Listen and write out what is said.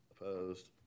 Opposed